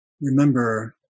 remember